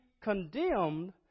condemned